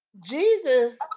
Jesus